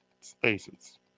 spaces